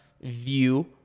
view